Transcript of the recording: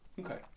Okay